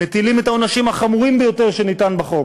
מטילים את העונשים החמורים ביותר שאפשר בחוק.